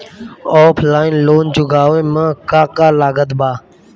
Offline loan चुकावे म का का लागत बा?